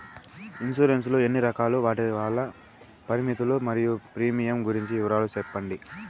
Insurance లు ఎన్ని రకాలు? వాటి కాల పరిమితులు మరియు ప్రీమియం గురించి వివరాలు సెప్పండి?